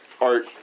art